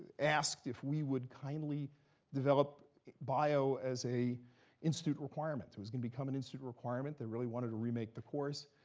asked if we would kindly develop bio as a institute requirement. it was going to become an institute requirement. they really wanted to remake the course.